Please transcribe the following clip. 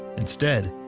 instead